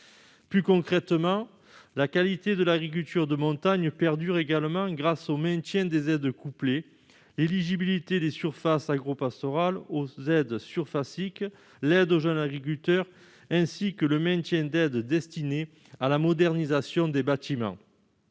Plus concrètement, la qualité de l'agriculture de montagne perdure grâce au maintien des aides couplées, de l'éligibilité des surfaces agropastorales aux aides surfaciques, de l'aide aux jeunes agriculteurs et des aides destinées à la modernisation des bâtiments.